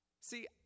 see